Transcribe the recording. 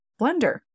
blender